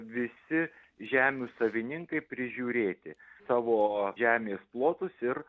visi žemių savininkai prižiūrėti savo žemės plotus ir